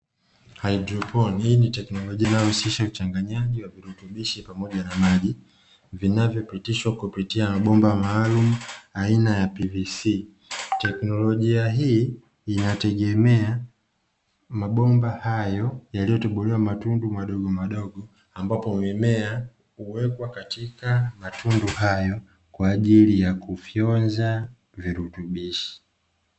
Haidroponi ni tekinolojia inayohusisha uchanganyaji wa virutubisho pamoja na maji, vinavyopitishwa kupitia mabomba maalumu aina ya "PVC". Teknolojia hii inategemea mabomba hayo yaliyotobolewa matundu madogo madogo ambapo mimea huwekwa katika matundu hayo kwa ajili ya kufyonza virutubisho.